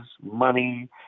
money